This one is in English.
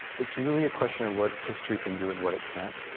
it's really a question of what history can do and what it can't,